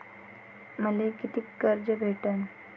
मले कितीक कर्ज भेटन?